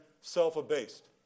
self-abased